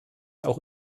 auch